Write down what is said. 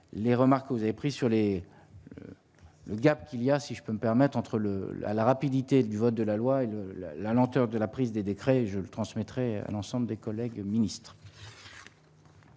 les remarques que vous avez prise sur l'est de Gap, qu'il y a, si je peux me permettre entre le la la rapidité du vote de la loi et le la la lenteur de la prise des décrets je lui transmettrai l'ensemble des collègues ministres-.